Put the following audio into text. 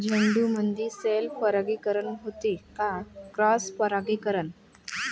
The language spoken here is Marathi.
झेंडूमंदी सेल्फ परागीकरन होते का क्रॉस परागीकरन?